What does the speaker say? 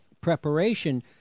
preparation